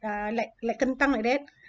uh like like kentang like that